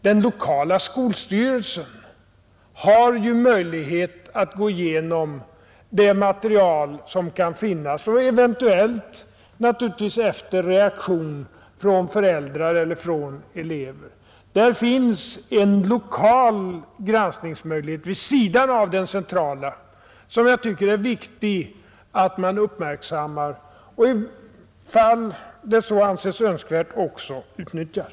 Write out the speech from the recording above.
Den lokala skolstyrelsen har ju möjlighet att gå igenom det material som kan finnas, eventuellt efter reaktion från föräldrar eller elever. Där finns en lokal granskningsmöjlighet vid sidan av den centrala som jag tycker det är viktigt att man uppmärksammar och i fall där så anses önskvärt också utnyttjar.